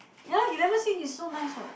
ya lor eleven C is so nice what